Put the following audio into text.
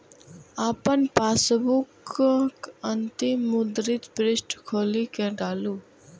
अपन पासबुकक अंतिम मुद्रित पृष्ठ खोलि कें डालू